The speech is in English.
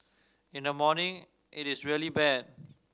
in the morning it is really bad